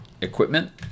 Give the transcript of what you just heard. equipment